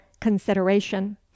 consideration